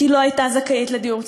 כי היא לא הייתה זכאית לדיור ציבורי,